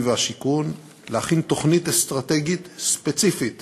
והשיכון להכין תוכנית אסטרטגית ספציפית